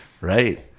right